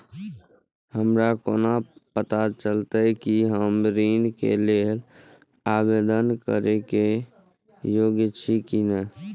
हमरा कोना पताा चलते कि हम ऋण के लेल आवेदन करे के योग्य छी की ने?